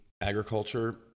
Agriculture